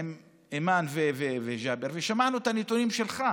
עם אימאן וג'אבר ושמענו את הנתונים שלך,